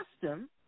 custom